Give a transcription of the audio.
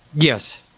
yes.